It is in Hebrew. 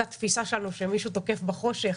אותה תפיסה שלנו שמישהו תוקף בחושך